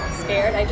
scared